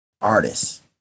artists